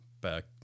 back